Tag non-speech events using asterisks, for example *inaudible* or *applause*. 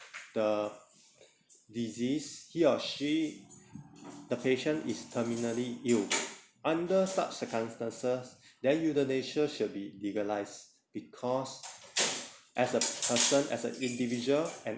the disease he or she the patient is terminally ill *noise* under such circumstances then euthanasia should be legalized because *noise* as a person as a individual and